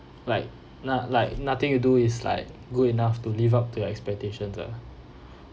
like not~ like nothing you do is like good enough to live up to your expectations ah